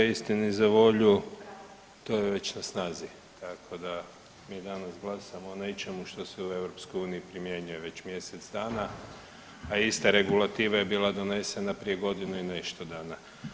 Istini za volju to je već na snazi, tako da mi danas glasamo o nečemu što se u EU već primjenjuje mjesec dana, a ista je regulativa bila donesena prije godinu i nešto dana.